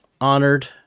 honored